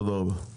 תודה רבה.